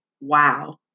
Wow